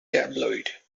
tabloid